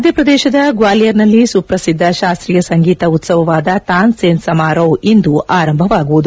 ಮಧ್ಯಪ್ರದೇಶದ ಗ್ನಾಲಿಯರ್ನಲ್ಲಿ ಸುಪ್ರಸಿದ್ದ ಶಾಸ್ತೀಯ ಸಂಗೀತ ಉತ್ತವವಾದ ತಾನ್ಸೇನ್ ಸಮಾರೋಹ್ ಇಂದು ಆರಂಭವಾಗುವುದು